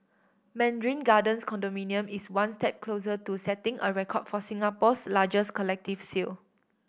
Mandarin Gardens condominium is one step closer to setting a record for Singapore's largest collective sale